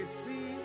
see